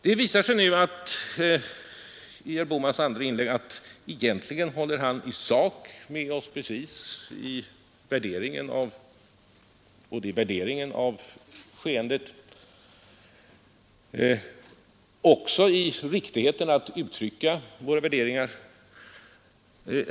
Det visar sig nu i herr Bohmans andra inlägg att egentligen håller herr Bohman i sak helt med oss både när det gäller värderingen av skeendet och när det gäller det riktiga i att vi givit uttryck åt våra ståndpunkter.